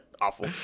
Awful